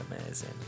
amazing